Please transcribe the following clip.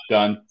Done